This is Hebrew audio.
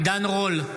עידן רול,